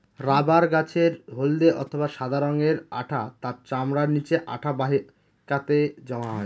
rubber গাছের হল্দে অথবা সাদা রঙের আঠা তার চামড়ার নিচে আঠা বাহিকাতে জমা হয়